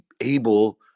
able